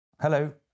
Hello